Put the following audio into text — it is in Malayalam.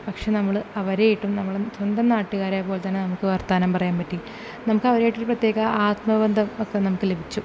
പക്ഷേ നമ്മൾ അവർ ആയിട്ടും നമ്മൾ സ്വന്തം നാട്ടുകാരെ പോലെ തന്നെ നമുക്ക് വർത്തമാനം പറയാൻ പറ്റി നമുക്ക് അവരുമായിട്ടൊരു പ്രത്യേക ആത്മബന്ധം ഒക്കെ നമുക്ക് ലഭിച്ചു